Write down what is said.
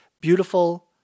beautiful